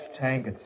tank